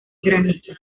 granizo